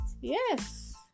yes